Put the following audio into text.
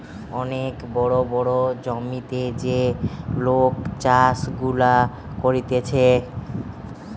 অনেক বড় বড় জমিতে যে লোক চাষ গুলা করতিছে